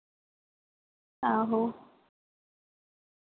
आहो